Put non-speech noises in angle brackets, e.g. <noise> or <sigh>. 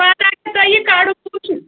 پَتہٕ اگر تۄہہِ یہِ کَڑُن <unintelligible>